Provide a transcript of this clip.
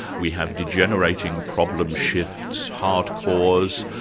we have degenerating problem shifts, hard-cores,